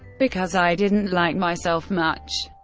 because i didn't like myself much.